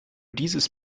dieses